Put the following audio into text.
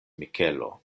mikelo